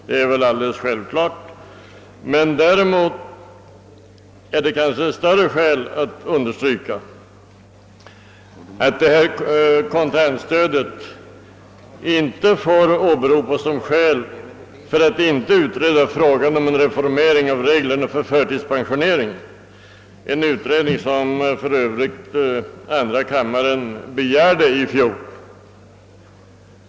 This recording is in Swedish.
Det är alldeles självklart att så inte är fallet. Däremot finns det kanske större fog att understryka att kontantstödet inte får åberopas som skäl för att inte utreda frågan om en reformering av reglerna för förtidspensionering, en utredning som andra kammaren för övrigt begärde i fjol.